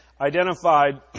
identified